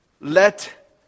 Let